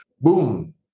Boom